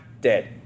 dead